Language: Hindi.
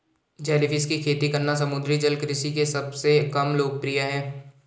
जेलीफिश की खेती करना समुद्री जल कृषि के सबसे कम लोकप्रिय है